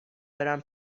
برم